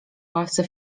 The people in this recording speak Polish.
ławce